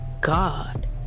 God